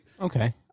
Okay